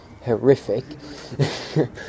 horrific